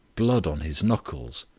blood on his knuckles.